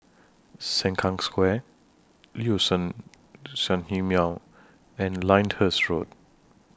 Sengkang Square Liuxun Sanhemiao and Lyndhurst Road